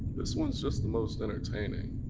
this one's just the most entertaining.